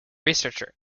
researcher